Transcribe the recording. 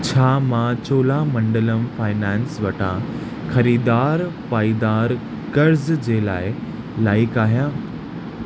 छा मां चोलामंडलम फाइनेंस वटां ख़रीदार पाइदारु कर्ज़ जे लाइ लाइक़ु आहियां